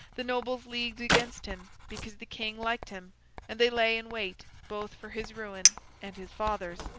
the nobles leagued against him, because the king liked him and they lay in wait, both for his ruin and his father's.